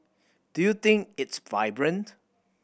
do you think it's vibrant